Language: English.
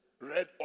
red